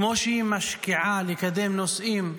כמו שהיא משקיעה לקדם נושאים שונים,